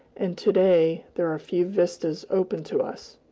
and to-day there are few vistas open to us,